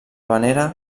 venera